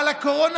על הקורונה,